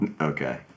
Okay